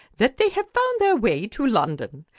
that they have found their way to london.